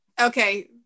Okay